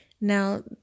Now